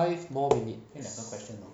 five more minutes